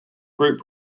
group